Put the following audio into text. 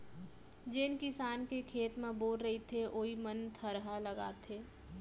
जेन किसान के खेत म बोर रहिथे वोइ मन थरहा लगाथें